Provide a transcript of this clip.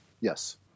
Yes